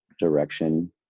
direction